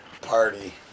party